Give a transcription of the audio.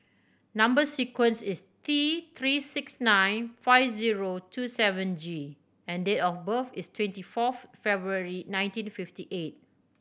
number sequence is T Three six nine five zero two seven G and date of birth is twenty fourth February nineteen fifty eight